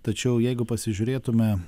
tačiau jeigu pasižiūrėtume